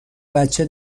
بچه